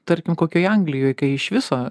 tarkim kokioj anglijoj kai iš viso